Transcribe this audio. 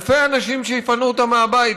אלפי אנשים שיפנו אותם מהבית.